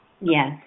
Yes